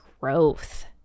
growth